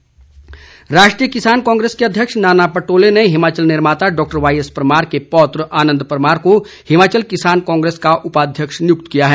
कांग्रेस नियुक्ति राष्ट्रीय किसान कांग्रेस के अध्यक्ष नाना पटोले ने हिमाचल निर्माता डॉक्टर वाईएस परमार के पौत्र आनंद परमार को हिमाचल किसान कांग्रेस का उपाध्यक्ष नियुक्त किया है